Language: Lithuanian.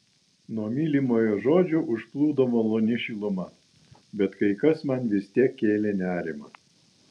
nuo mylimojo žodžių užplūdo maloni šiluma bet kai kas man vis tiek kėlė nerimą